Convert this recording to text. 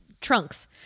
trunks